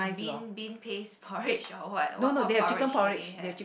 bean bean paste porridge or what what porridge do they have